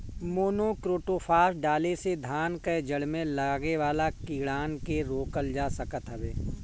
monocrotophos डाले से धान कअ जड़ में लागे वाला कीड़ान के रोकल जा सकत हवे